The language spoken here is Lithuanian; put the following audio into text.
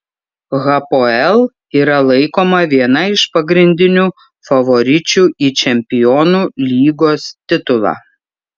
hapoel yra laikoma viena iš pagrindinių favoričių į čempionų lygos titulą